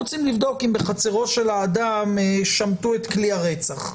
רוצים לבדוק אם בחצרו של האדם שמטו את כלי הרצח.